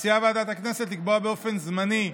מציעה ועדת הכנסת לקבוע באופן זמני,